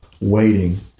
waiting